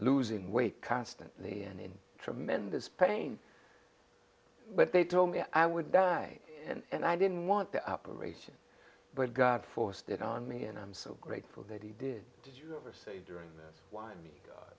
losing weight constantly and in tremendous pain but they told me i would die and i didn't want the operation but god forced it on me and i'm so grateful that he did did you ever say during this why me